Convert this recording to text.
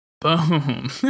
Boom